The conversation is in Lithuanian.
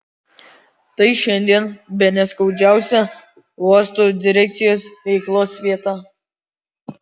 tai šiandien bene skaudžiausia uosto direkcijos veiklos vieta